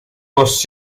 was